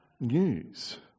news